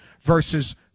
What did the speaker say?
versus